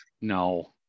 No